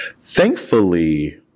thankfully